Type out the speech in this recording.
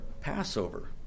Passover